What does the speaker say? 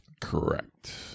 Correct